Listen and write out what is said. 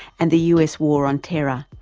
and the us war on terror,